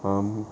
um